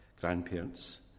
grandparents